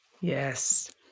yes